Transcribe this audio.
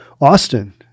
Austin